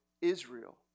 Israel